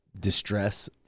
distress